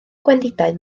gwendidau